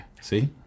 See